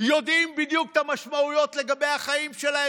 יודע בדיוק מה המשמעויות לגבי החיים שלו,